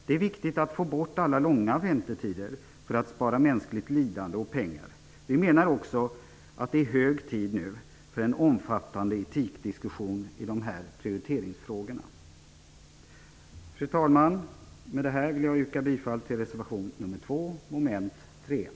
Det är viktigt att få bort alla långa väntetider för att spara mänskligt lidande och pengar. Vi menar också att det nu är hög tid för en omfattande etikdiskussion i de här prioriteringsfrågorna. Fru talman! Med det här vill jag yrka bifall till reservation 2 under moment 3.